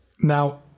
Now